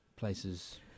Places